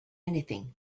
anything